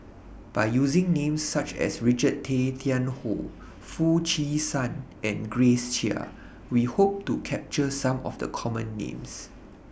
By using Names such as Richard Tay Tian Hoe Foo Chee San and Grace Chia We Hope to capture Some of The Common Names